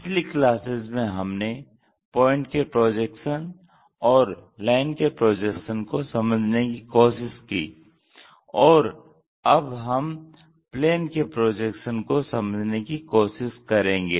पिछली क्लासेस में हमने पॉइंट के प्रोजेक्शन और लाइन के प्रोजेक्शन को समझने की कोशिश की और अब हम प्लेन के प्रोजेक्शन को समझने की कोशिश करेंगे